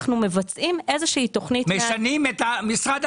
אנחנו מבצעים איזה שהיא תכנית --- משרד רווחה,